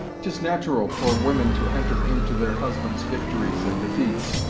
tis nat'ral for women to enter into their husband's victories and defeats,